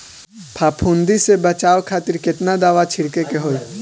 फाफूंदी से बचाव खातिर केतना दावा छीड़के के होई?